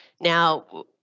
Now